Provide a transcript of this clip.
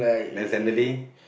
then suddenly